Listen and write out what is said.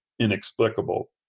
inexplicable